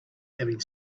having